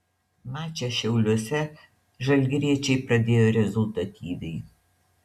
mačą šiauliuose žalgiriečiai pradėjo rezultatyviai